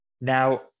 Now